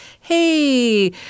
hey